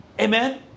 Amen